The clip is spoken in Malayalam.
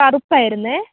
കറുപ്പ് ആയിരുന്നു